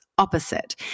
opposite